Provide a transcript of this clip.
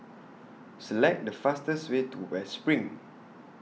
Select The fastest Way to West SPRING